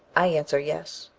i answer, yes.